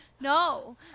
no